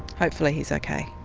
hopefully he's ok.